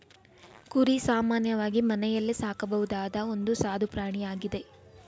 ಕುರಿ ಸಾಮಾನ್ಯವಾಗಿ ಮನೆಯಲ್ಲೇ ಸಾಕಬಹುದಾದ ಒಂದು ಸಾದು ಪ್ರಾಣಿಯಾಗಿದೆ